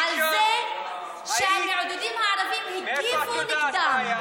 על זה שהמעודדים הערבים הגיבו נגדם.